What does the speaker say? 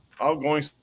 outgoing